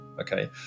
Okay